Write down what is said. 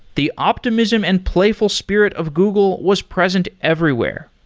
the optimism and playful spirit of google was present everywhere.